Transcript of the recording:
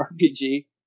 RPG